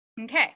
Okay